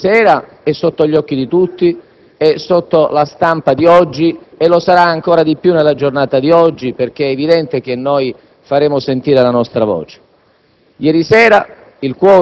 Il dato politico di ieri sera è sotto gli occhi di tutti e la stampa di oggi lo testimonia, e lo sarà ancora di più nella giornata odierna perché è evidente che faremo sentire la nostra voce.